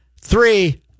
Three